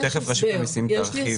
תכף רשות המיסים תרחיב.